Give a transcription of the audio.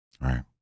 Right